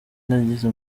nagize